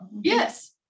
Yes